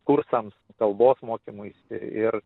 kursams kalbos mokymuisi ir